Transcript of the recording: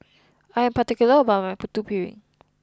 I am particular about my Putu Piring